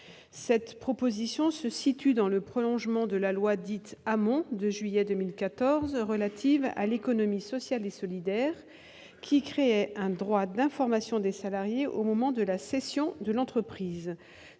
Cette proposition se situe dans le prolongement de la loi dite Hamon de juillet 2014 relative à l'économie sociale et solidaire, qui créait un droit d'information des salariés au moment de la cession de l'entreprise.